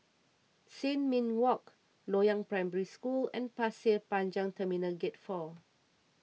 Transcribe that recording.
Sin Ming Walk Loyang Primary School and Pasir Panjang Terminal Gate four